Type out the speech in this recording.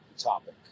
topic